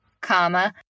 comma